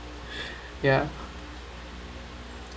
ya